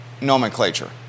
nomenclature